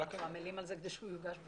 אנחנו עמלים כדי שהוא יוגש.